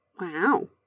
Wow